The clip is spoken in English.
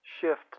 shift